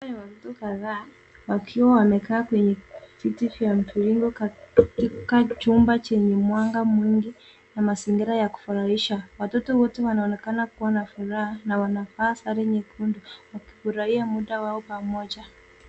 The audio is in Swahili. Watoto kadhaa wakiwa wamekaa kwenye viti vya mviringo katika chumba chenye mwanga mwingi na mazingira ya kufurahisha. Watoto wote wanaonekana kuwa na furaha na wanavaa sare nyekundu wakifurahia muda wao pamoja .